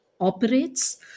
operates